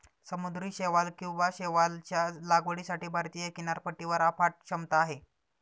समुद्री शैवाल किंवा शैवालच्या लागवडीसाठी भारतीय किनारपट्टीवर अफाट क्षमता आहे